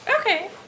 Okay